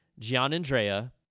Gianandrea